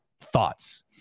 thoughts